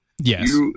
Yes